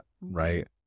Right